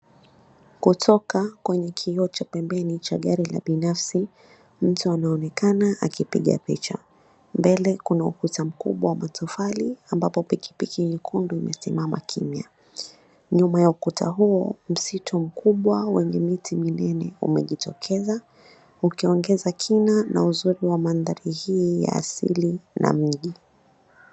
Kutoka kwenye kioo cha pembeni cha gari la binafsi, mtu anaonekana akipiga picha,l. Mbele kuna ukuta mkubwa wa matofali, ambapo piki piki nyekundu imesimama kimya. Nyuma ya ukuta huo msitu mkubwa wenye miti minene umejitokeza, ukiongeza kina na uzuri wa mantharii hii ya asili na mji.